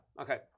okay